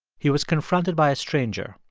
he was confronted by a stranger,